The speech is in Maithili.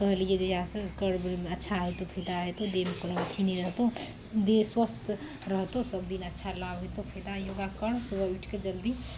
कहलिये जहिआसँ कर अच्छा होतौ फायदा होतौ देहमे कोनो अथी नहि रहतौ देह स्वस्थ रहतौ सब दिन अच्छा लाभ हेतौ फायदा योगा कर सुबह उठिके जल्दी